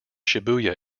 shibuya